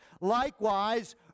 Likewise